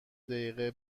دقیقه